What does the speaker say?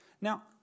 Now